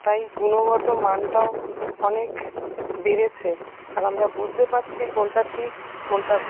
তাই গুণগত মানটাও অনেক বেড়েছে আর আমরা বুঝতে পারছি কোনটা ঠিক কোনটা